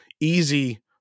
easy